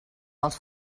dels